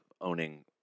owning